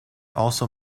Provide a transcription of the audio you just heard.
also